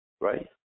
Right